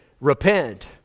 repent